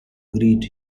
greet